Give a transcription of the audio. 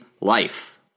life